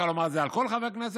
אפשר לומר את זה על כל חבר כנסת,